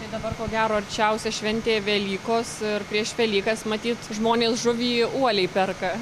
tai dabar ko gero arčiausia šventė velykos prieš velykas matyt žmonės žuvį uoliai perka